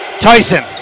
Tyson